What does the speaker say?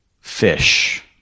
fish